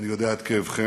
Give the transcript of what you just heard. אני יודע את כאבכם,